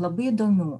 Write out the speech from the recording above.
labai įdomių